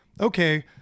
okay